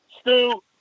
Stu